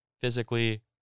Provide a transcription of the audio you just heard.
physically